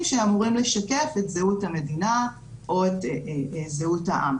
שאמורים לשקף את זהות המדינה או את זהות העם,